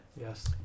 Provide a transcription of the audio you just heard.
Yes